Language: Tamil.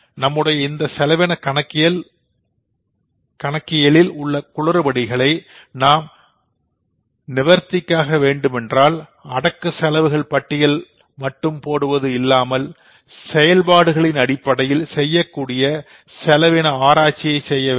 ஆக நம்முடைய இந்த செலவின கணக்கியலில் உள்ள குளறுபடிகளை நாம் நிவர்த்திக்க வேண்டுமென்றால் அடக்க செலவுகள் பட்டியல் மட்டும் போடுவது இல்லாமல் செயல்பாடுகளின் அடிப்படையில் செய்யக்கூடிய செலவின ஆராய்ச்சியை செய்ய வேண்டும்